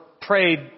prayed